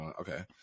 okay